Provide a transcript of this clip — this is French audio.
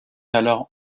alors